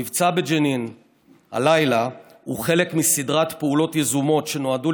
המבצע בג'נין הלילה הוא חלק מסדרת פעולות יזומות שנועדו